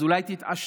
אז אולי תתעשתו?